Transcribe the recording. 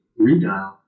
redial